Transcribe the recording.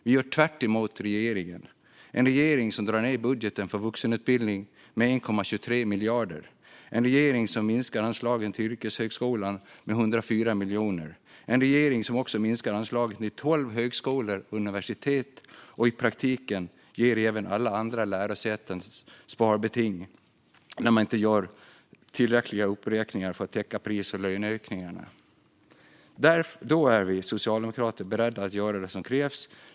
Vi gör tvärtemot regeringen - en regering som drar ned på budgeten för vuxenutbildning med 1,23 miljarder, en regering som minskar anslagen till yrkeshögskolan med 104 miljoner och en regering som också minskar anslagen till tolv högskolor och universitet och i praktiken även ger alla andra lärosäten sparbeting genom att inte göra tillräckliga uppräkningar för att täcka pris och löneökningar. Då är vi socialdemokrater beredda att göra det som krävs.